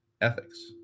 ethics